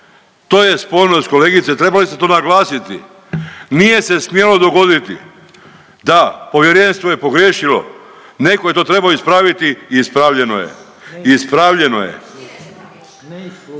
To je spornost kolegice, trebali ste to naglasiti. Nije se smjelo dogoditi, da povjerenstvo je pogriješilo, netko je to trebao ispraviti i ispravljeno je. Ispravljeno je.